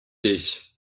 dich